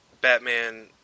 Batman